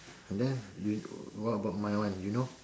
and then you what about my one you know